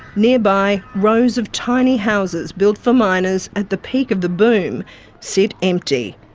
nearby, rows of tiny houses built for miners at the peak of the boom sit empty.